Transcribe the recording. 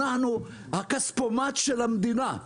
אנחנו הכספומט של המדינה,